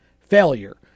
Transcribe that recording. failure